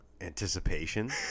anticipation